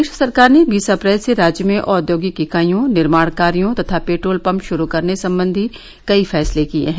प्रदेश सरकार ने बीस अप्रैल से राज्य में औद्योगिक इकाइयों निर्माण कार्यो तथा पेट्रोल पंप शुरू करने संबंधी कई फैसले किए हैं